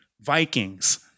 Vikings